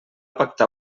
pactar